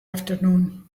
afternoon